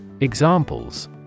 Examples